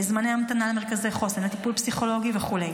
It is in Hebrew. זמני ההמתנה למרכזי חוסן, לטיפול פסיכולוגי וכו'.